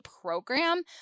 program